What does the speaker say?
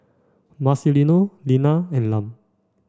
Marcelino Linna and Lum